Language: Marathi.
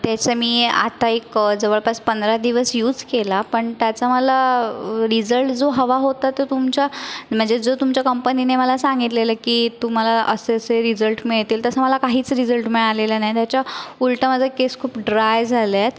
त्याचं मी आता एक जवळपास पंधरा दिवस यूज केला पण त्याचा मला रिजल्ट जो हवा होता तो तुमच्या म्हणजे जो तुमच्या कंपनीने मला सांगितलेलं की तुम्हाला असे असे रिजल्ट मिळतील तसं मला काहीच रिजल्ट मिळालेला नाही त्याच्या उलट माझा केस खूप ड्राय झाले आहेत